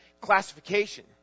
classification